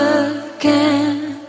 again